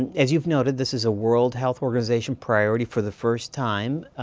as you've noted, this is a world health organization priority for the first time,